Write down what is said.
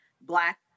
Black